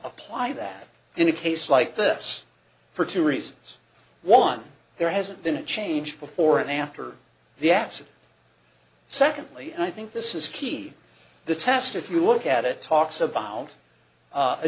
apply that in a case like this for two reasons one there hasn't been a change before and after the accident secondly i think this is key the task if you look at it talks about